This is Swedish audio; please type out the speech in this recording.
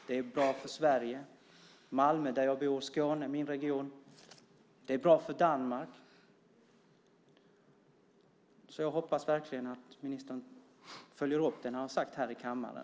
Det är bra för Sverige, för Malmö där jag bor, för Skåne som är min hemregion, och för Danmark. Jag hoppas verkligen att ministern följer upp det han sagt i kammaren.